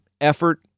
effort